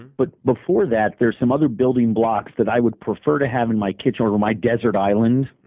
but before that, there are some other building blocks that i would prefer to have in my kitchen or my desert island.